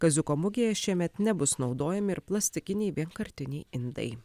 kaziuko mugėje šiemet nebus naudojami ir plastikiniai vienkartiniai indai